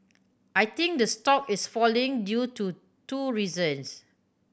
I think the stock is falling due to two reasons